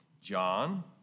John